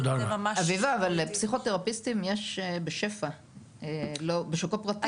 אביבה, אבל פסיכותרפיסטים יש בשפע בשוק הפרטי.